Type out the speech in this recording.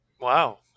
Wow